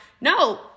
No